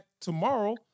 tomorrow